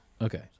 okay